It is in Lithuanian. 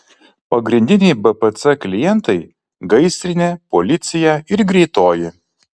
pagrindiniai bpc klientai gaisrinė policija ir greitoji